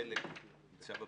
חלק נמצא בבית.